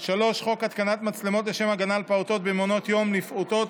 3. חוק התקנת מצלמות לשם הגנה על פעוטות במעונות יום לפעוטות,